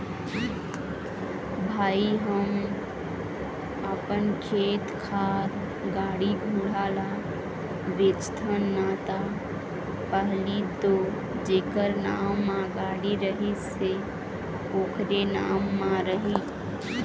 भई हम अपन खेत खार, गाड़ी घोड़ा ल बेचथन ना ता पहिली तो जेखर नांव म गाड़ी रहिस हे ओखरे नाम म रही